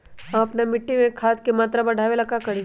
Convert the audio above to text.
हम अपना मिट्टी में खाद के मात्रा बढ़ा वे ला का करी?